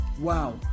Wow